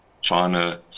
China